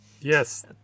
Yes